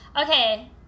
Okay